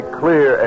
clear